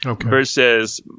Versus